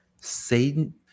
Satan